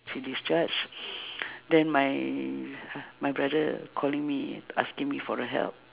she discharged then my h~ my brother calling me asking me for a help